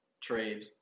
trade